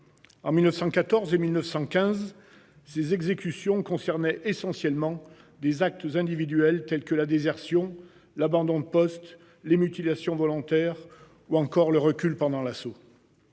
En 1914 et 1915. Ces exécutions concernaient essentiellement des actes individuels tels que la désertion l'abandon de poste les mutilations volontaires ou encore le recul pendant l'assaut.